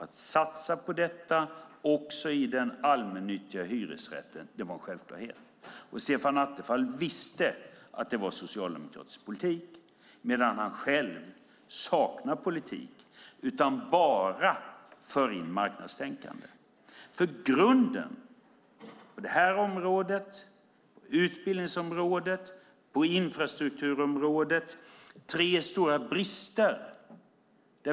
Att satsa på detta också i den allmännyttiga hyresrätten är en självklarhet. Stefan Attefall visste att detta är socialdemokratisk politik, medan han själv saknar politik och bara för in marknadstänkande. På det här området, på utbildningsområdet, på infrastrukturområdet har vi tre stora brister.